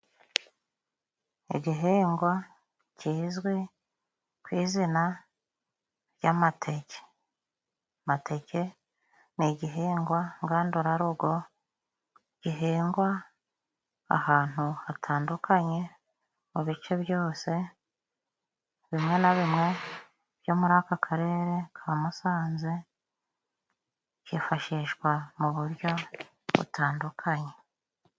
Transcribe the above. Igihingwa kizwi ku izina ry'amateke. Amateke ni igihingwa ngandurarugo gihingwa ahantu hatandukanye mu bice byose bimwe na bimwe byo muri aka karere ka Musanze. Cyifashishwa mu buryo butandukanye.